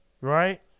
Right